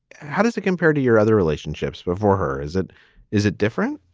how does it compare to your other relationships before her? is it is it different?